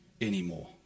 anymore